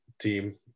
team